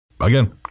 Again